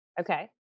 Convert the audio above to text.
Okay